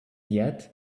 yet